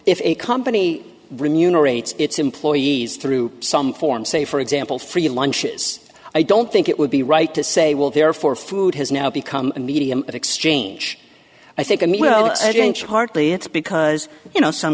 remunerate its employees through some form say for example free lunches i don't think it would be right to say well therefore food has now become a medium of exchange i think i mean hardly it's because you know some